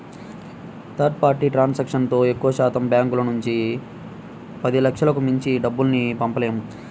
third party ట్రాన్సాక్షన్తో ఎక్కువశాతం బ్యాంకుల నుంచి పదిలక్షలకు మించి డబ్బుల్ని పంపలేము